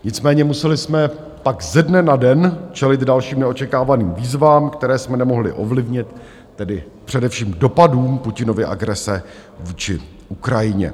Nicméně museli jsme pak ze dne na den čelit dalším neočekávaným výzvám, které jsme nemohli ovlivnit, tedy především dopadům Putinovy agrese vůči Ukrajině.